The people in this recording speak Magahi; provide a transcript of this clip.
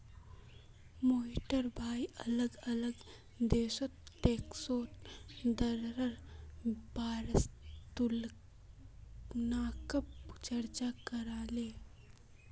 मोहिटर भाई अलग अलग देशोत टैक्सेर दरेर बारेत तुलनात्मक चर्चा करले